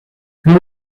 who